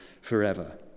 forever